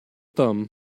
thumb